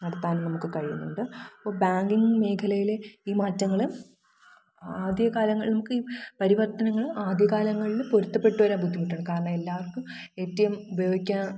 നടത്താനും നമുക്ക് കഴിയുന്നുണ്ട് അപ്പോൾ ബാങ്കിങ് മേഖലയിലെ ഈ മാറ്റങ്ങൾ ആദ്യകാലങ്ങളിൽ നമുക്ക് പരിവർത്തനങ്ങൾ ആദ്യകാലങ്ങളിൽ പൊരുത്തപ്പെട്ടുവരാൻ ബുദ്ധിമുട്ടാണ് കാരണം എല്ലാവർക്കും ഏറ്റിഎം ഉപയോഗിയ്ക്കാൻ